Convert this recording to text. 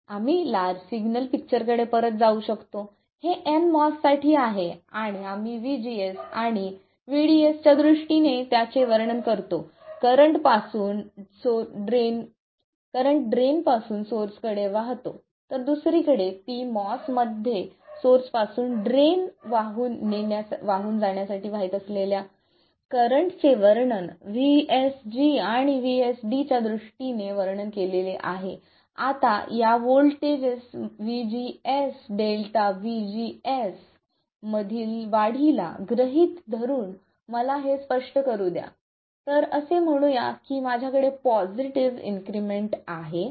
आम्ही large signal picture कडे परत जाऊ शकतो हे nMOS साठी आहे आणि आम्ही VGS आणि VDS च्या दृष्टीने त्याचे वर्णन करतो करंट ड्रेन पासून सोर्स कडे वाहतो तर दुसरीकडे pMOSमध्ये सोर्स पासून ड्रेन वाहून जाण्यासाठी वाहित असलेल्या करंट चे वर्णन VSG आणि VSD च्या दृष्टीने वर्णन केले गेले आहे आता या व्होल्टेज VGS ΔVGS मधील वाढीला गृहीत धरून मला हे स्पष्ट करू द्या तर असे म्हणूया की माझ्याकडे पॉझिटिव्ह इन्क्रिमेंट आहे VGS